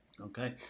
Okay